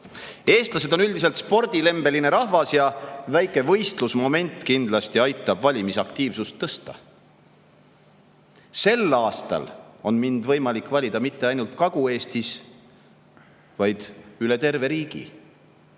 Eestlased on üldiselt spordilembene rahvas ja väike võistlusmoment aitab kindlasti valimisaktiivsust tõsta. Sel aastal on mind võimalik valida mitte ainult Kagu‑Eestis, vaid üle terve riigi.